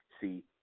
See